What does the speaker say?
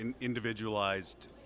individualized